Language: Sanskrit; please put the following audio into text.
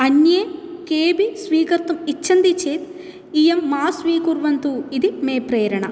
अन्ये केऽपि स्वीकर्तुम् इच्छन्ति चेत् इयं मा स्वीकुर्वन्तु इति मे प्रेरणा